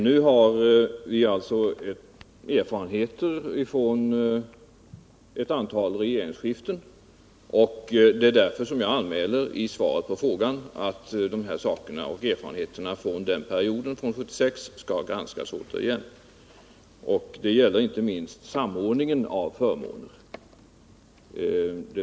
Nu har vi erfarenheter från ett antal regeringsskiften, och det är därför som jag i svaret på frågan anmäler att erfarenheterna från perioden efter 1976 skall granskas. Det gäller inte minst samordningen av förmåner.